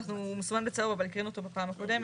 הוא מסומן בצהוב, אבל הקראנו אותו בפעם הקודמת.